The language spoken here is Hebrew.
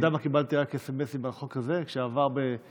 אתה יודע כמה סמ"סים קיבלתי על החוק הזה שעבר בוועדה?